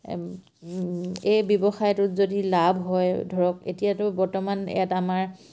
এই ব্যৱসায়টোত যদি লাভ হয় ধৰক এতিয়াতো বৰ্তমান ইয়াত আমাৰ